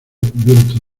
viento